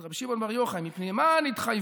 רבי שמעון בר יוחאי "מפני מה נתחייבו